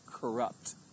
corrupt